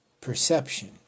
perception